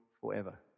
forever